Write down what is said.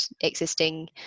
existing